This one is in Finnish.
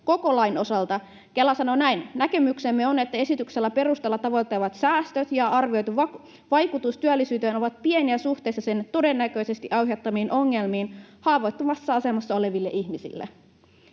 koko lain osalta. Kela sanoo näin: ”Näkemyksemme on, että esityksen perusteella tavoiteltavat säästöt ja arvioitu vaikutus työllisyyteen ovat pieniä suhteessa sen todennäköisesti aiheuttamiin ongelmiin haavoittuvassa asemassa oleville ihmisille.”